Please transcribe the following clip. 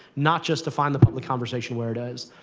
not just to find the but the conversation where it is.